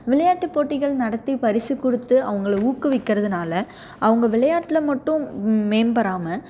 விளையாட்டு போட்டிகள் நடத்தி பரிசு கொடுத்து அவங்கள ஊக்குவிற்கறதுனால் அவங்க விளையாட்டில் மட்டும் மேம்படாமல்